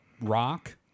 rock